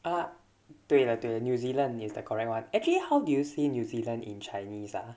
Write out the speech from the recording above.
啊对了对 new zealand is the correct one actually how do you say new zealand in chinese ah